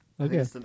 Okay